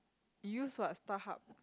use what StarHub